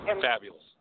Fabulous